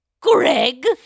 Greg